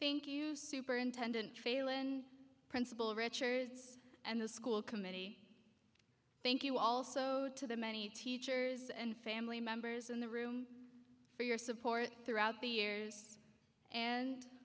thank you superintendent failon principal richard and the school committee thank you also to the many teachers and family members in the room for your support throughout the years and